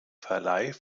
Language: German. verleih